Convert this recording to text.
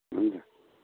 हुन्छ